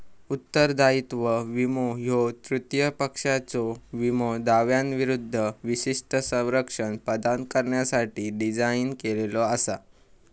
उत्तरदायित्व विमो ह्यो तृतीय पक्षाच्यो विमो दाव्यांविरूद्ध विशिष्ट संरक्षण प्रदान करण्यासाठी डिझाइन केलेला असा